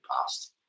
past